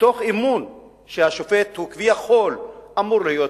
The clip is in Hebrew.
מתוך אמון שהשופט הוא כביכול, אמור להיות,